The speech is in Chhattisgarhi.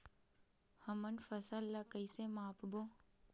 हमन फसल ला कइसे माप बो?